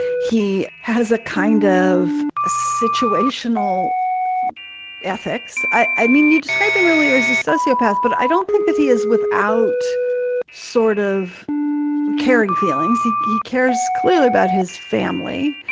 he has a kind of situational ethics. i mean, you described him really as a sociopath, but i don't think that he is without sort of caring feelings. he he cares clearly about his family.